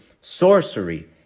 sorcery